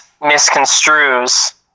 misconstrues